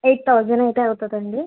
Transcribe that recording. eight thousand అయితే అవుతుందండి